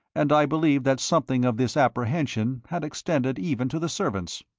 and i believe that something of this apprehension had extended even to the servants.